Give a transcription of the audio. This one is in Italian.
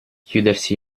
chiudersi